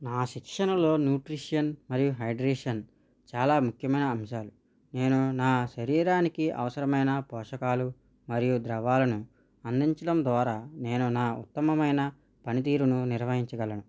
నా శిక్షణలో న్యూట్రిషన్ మరియు హైడ్రేషన్ చాలా ముఖ్యమైన అంశాలు నేను నా శరీరానికి అవసరమైన పోషకాలు మరియు ద్రవాలను అందించడం ద్వారా నేను నా ఉత్తమమైన పనితీరును నిర్వహించగలను